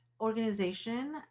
organization